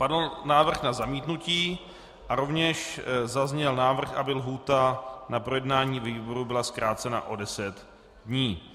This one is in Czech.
Padl návrh na zamítnutí, a rovněž zazněl návrh, aby lhůta na projednání výboru byla zkrácena o 10 dní.